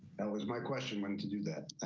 and was my question when to do that. ah